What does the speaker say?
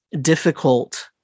difficult